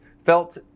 felt